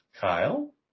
Kyle